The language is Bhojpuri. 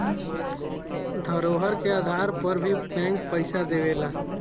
धरोहर के आधार पर भी बैंक पइसा देवेला